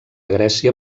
grècia